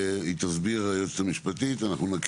ושוב אנחנו נתחיל, היא תסביר, היועצת המשפטית.